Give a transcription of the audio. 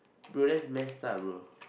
bro that's messed up bro